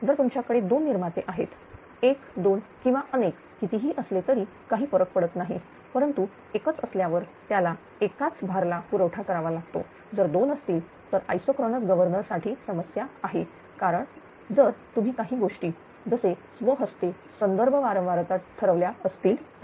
जर तुमच्याकडे दोन निर्माते आहेत एक 2 किंवा अनेक कितीही असले तरी काही फरक पडत नाही परंतु एकच असल्यावर त्याला एकाच भार ला पुरवठा करावा लागतो जर दोन असतील तरआइसोक्रोनस गवर्नर साठी समस्या आहे कारण जर तुम्ही काही गोष्टी जसे स्वहस्ते संदर्भ वारंवारता ठरवल्या असतील तर